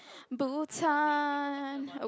Bhutan